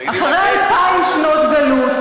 אחרי אלפיים שנות גלות